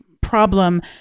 problem